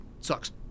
sucks